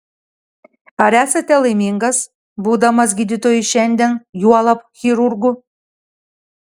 ar esate laimingas būdamas gydytoju šiandien juolab chirurgu